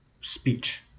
speech